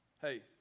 Hey